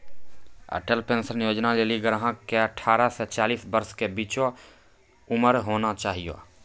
Atal pension Yojana लेली ग्राहक के अठारह से चालीस वर्ष के बीचो उमर होना चाहियो